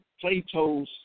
Plato's